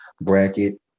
bracket